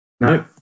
No